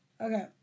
okay